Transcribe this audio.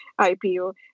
IPO